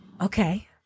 Okay